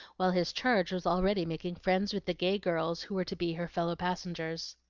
while his charge was already making friends with the gay girls who were to be her fellow-passengers.